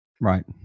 Right